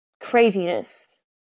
craziness